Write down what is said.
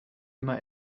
immer